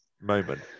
moment